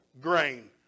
grain